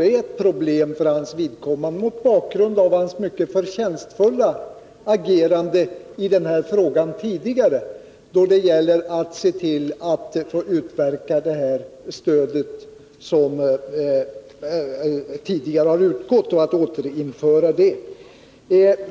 är ett problem för hans vidkommande, mot bakgrund av hans mycket förtjänstfulla agerande tidigare då det gäller att återinföra det stöd som tidigare utgått.